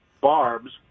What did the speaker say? Barb's